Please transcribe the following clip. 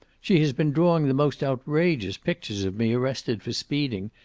she has been drawing the most outrageous pictures of me arrested for speeding,